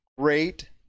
great